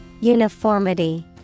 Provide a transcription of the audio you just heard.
Uniformity